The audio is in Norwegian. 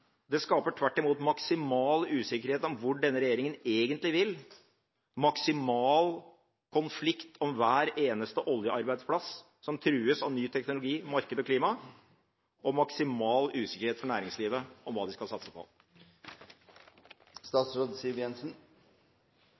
Det skaper tvert imot maksimal usikkerhet om hvor denne regjeringen egentlig vil, maksimal konflikt om hver eneste oljearbeidsplass som trues av ny teknologi, marked og klima, og maksimal usikkerhet for næringslivet om hva de skal satse på.